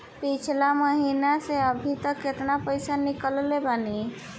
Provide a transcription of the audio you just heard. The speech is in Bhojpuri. पिछला महीना से अभीतक केतना पैसा ईकलले बानी?